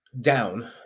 Down